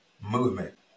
movement